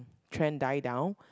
trend die down